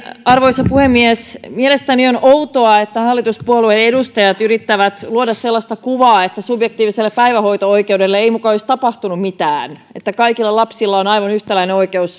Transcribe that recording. arvoisa puhemies mielestäni on outoa että hallituspuolueiden edustajat yrittävät luoda sellaista kuvaa että subjektiiviselle päivähoito oikeudelle ei muka olisi tapahtunut mitään että kaikilla lapsilla on aivan yhtäläinen oikeus